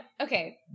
Okay